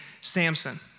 Samson